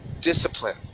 discipline